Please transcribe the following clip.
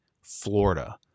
Florida